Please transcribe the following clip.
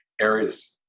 areas